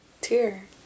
tear